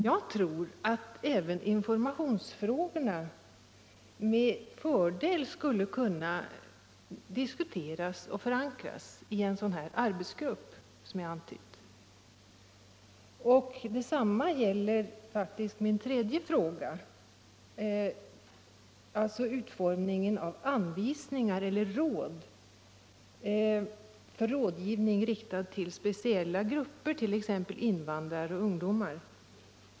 Jag tror att även informationsfrågorna med fördel skulle kunna diskuteras och förankras i en sådan här arbetsgrupp som jag har antytt. Detsamma gäller faktiskt min tredje fråga, alltså om utformningen av anvisningar eller råd för rådgivning riktad till speciella grupper, t.ex. invandrare och ungdomar.